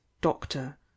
doctor